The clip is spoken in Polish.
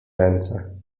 ręce